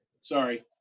Sorry